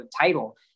title